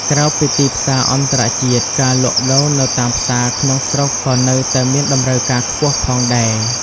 ក្រៅពីទីផ្សារអន្តរជាតិ ការលក់ដូរនៅតាមផ្សារក្នុងស្រុកក៏នៅតែមានតម្រូវការខ្ពស់ផងដែរ។